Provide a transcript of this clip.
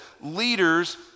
Leaders